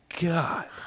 God